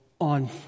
on